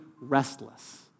restless